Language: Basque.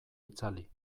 itzali